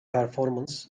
performance